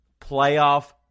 playoff